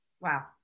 wow